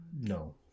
No